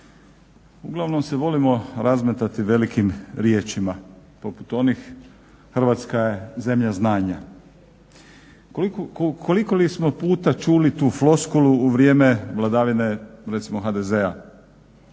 Uglavnom se volimo razmetati velikim riječima poput onih Hrvatska je zemlja znanja. Koliko li smo puta čuli tu floskulu u vrijeme vladavine recimo HDZ-a.